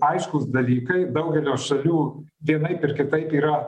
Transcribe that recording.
aiškūs dalykai daugelio šalių vienaip ir kitaip yra